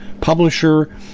publisher